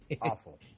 Awful